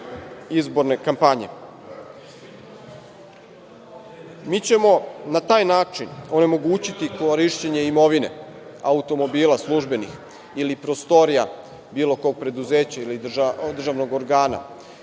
izborne kampanje. Mi ćemo na taj način onemogućiti korišćenje imovine, automobila službenih ili prostorija bilo kog preduzeća ili državnog organa